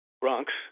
Bronx